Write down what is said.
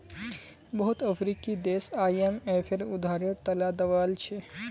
बहुत अफ्रीकी देश आईएमएफेर उधारेर त ल दबाल छ